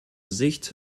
sicht